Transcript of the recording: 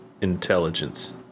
intelligence